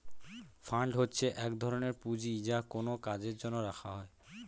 fund হচ্ছে এক ধরনের পুঁজি যা কোনো কাজের জন্য রাখা হয়